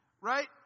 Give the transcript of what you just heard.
Right